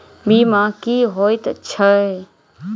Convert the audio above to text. बीमा की होइत छी?